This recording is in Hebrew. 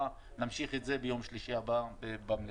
נמשיך את זה ביום שלישי הבא במליאה.